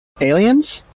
aliens